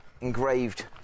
engraved